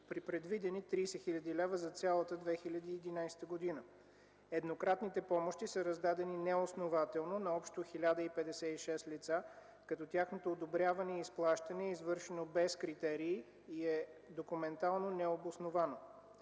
при предвидени 30 хил. лв. за цялата 2011 г. Еднократните помощи са раздадени неоснователно на общо 1056 лица, като тяхното одобряване и изплащане е извършено без критерий и е документално необосновано.